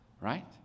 right